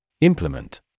Implement